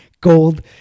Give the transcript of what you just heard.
gold